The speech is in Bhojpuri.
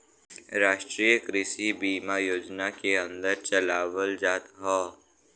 राष्ट्रीय कृषि बीमा योजना के अन्दर चलावल जात हौ